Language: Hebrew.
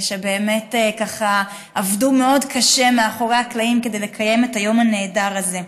שבאמת ככה עבדו מאוד קשה מאחורי הקלעים כדי לקיים את היום הנהדר הזה.